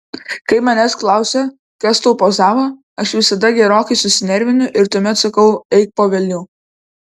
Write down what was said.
kai manęs klausia kas tau pozavo aš visada gerokai susinervinu ir tuomet sakau eik po velnių